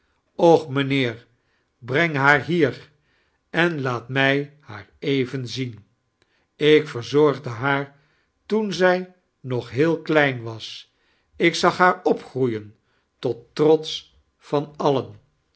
ooh mijnheer breng haar hier en laait mij haar even zien ik verzotgde haar toen zij nog heel kledn was ik zag haar opgroeien tot trots van alien